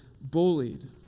bullied